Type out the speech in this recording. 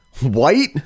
white